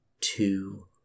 two